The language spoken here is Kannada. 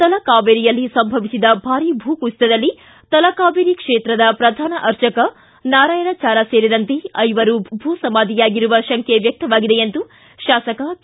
ತಲಕಾವೇರಿಯಲ್ಲಿ ಸಂಭವಿಸಿದ ಭಾರಿ ಭೂಕುಸಿತದಲ್ಲಿ ತಲಕಾವೇರಿ ಕ್ಷೇತ್ರದ ಪ್ರಧಾನ ಅರ್ಚಕ ನಾರಾಯಾಣಾಚಾರ್ ಸೇರಿದಂತೆ ಐವರು ಭೂಸಮಾದಿಯಾಗಿರುವ ಶಂಕೆ ವ್ಯಕ್ತವಾಗಿದೆ ಎಂದು ಶಾಸಕ ಕೆ